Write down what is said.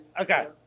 Okay